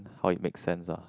how it makes sense lah